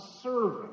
serving